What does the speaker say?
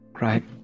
Right